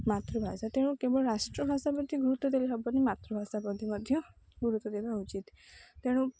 ମାତୃଭାଷା ତେଣୁ କେବଳ ରାଷ୍ଟ୍ରଭାଷା ପ୍ରତି ଗୁରୁତ୍ୱ ଦେଲେ ହେବନି ମାତୃଭାଷା ପ୍ରତି ମଧ୍ୟ ଗୁରୁତ୍ୱ ଦେବା ଉଚିତ ତେଣୁ